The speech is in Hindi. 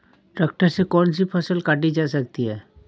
ट्रैक्टर से कौन सी फसल काटी जा सकती हैं?